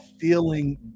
feeling